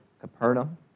Capernaum